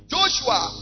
Joshua